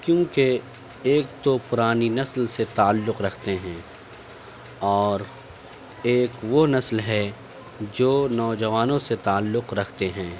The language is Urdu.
کیونکہ ایک تو پرانی نسل سے تعلق رکھتے ہیں اور ایک وہ نسل ہے جو نوجوانوں سے تعلق رکھتے ہیں